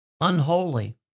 unholy